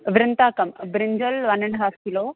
वृन्ताकं brinjal one and a half kilo